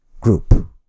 group